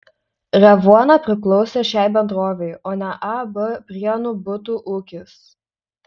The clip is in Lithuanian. revuona priklausė šiai bendrovei o ne ab prienų butų ūkis